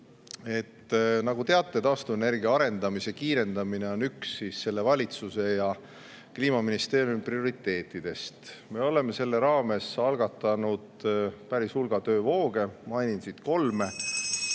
Nagu te teate, taastuvenergia arendamise kiirendamine on üks selle valitsuse ja Kliimaministeeriumi prioriteete. Me oleme selle raames algatanud päris hulga töövooge. Mainin neist kolme: